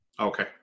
Okay